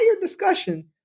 discussion